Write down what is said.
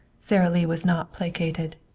sara lee was not placated.